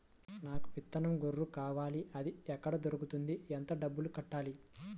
నాకు విత్తనం గొర్రు కావాలి? అది ఎక్కడ దొరుకుతుంది? ఎంత డబ్బులు కట్టాలి?